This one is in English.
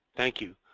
thank you.